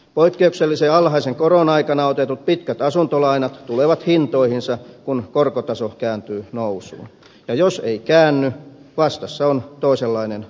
poikkeuksellisen alhaisen koron aikana otetut pitkät asuntolainat tulevat hintoihinsa kun korkotaso kääntyy nousuun ja jos ei käänny vastassa on toisenlainen ongelma